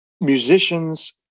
musicians